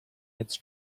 its